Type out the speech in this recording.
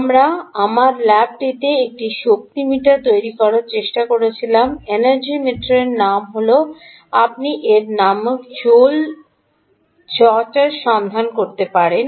আমরা আমার ল্যাবটিতে একটি এনার্জি মিটার তৈরি করার চেষ্টা করছিলাম এনার্জি মিটারের নাম হল আপনি এর নামক জুল জোটারটি সন্ধান করতে পারেন